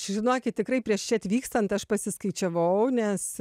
žinokit tikrai prieš čia atvykstant aš pasiskaičiavau nes